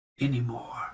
anymore